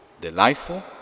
delightful